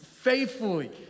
faithfully